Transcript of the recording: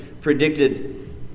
predicted